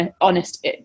honest